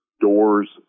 doors